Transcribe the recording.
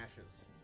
ashes